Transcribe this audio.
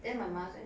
then my mum say